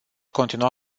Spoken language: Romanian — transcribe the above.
continua